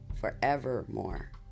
Forevermore